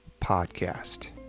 podcast